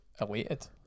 elated